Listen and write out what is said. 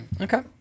Okay